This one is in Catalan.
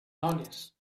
dones